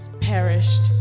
perished